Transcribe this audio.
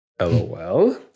lol